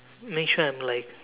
make sure I'm like